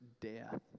death